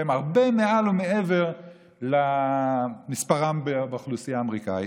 הרבה מעל ומעבר למספרם באוכלוסייה האמריקנית.